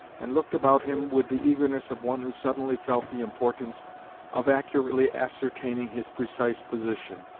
and looked about him with the eagerness of one who suddenly felt the importance of accurately ascertaining his precise position.